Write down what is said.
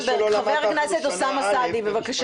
כנראה שלא למדת אפילו שנה א' במשפטים.